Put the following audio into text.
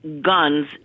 guns